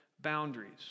boundaries